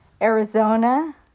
Arizona